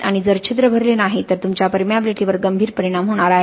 आणि जर छिद्रे भरली नाहीत तर तुमच्या पर्मिंबिलिटी वर गंभीर परिणाम होणार आहे